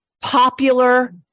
popular